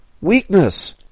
weakness